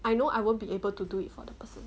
I know I won't be able to do it for the person